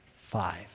five